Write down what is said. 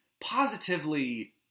positively